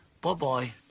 Bye-bye